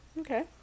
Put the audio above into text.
Okay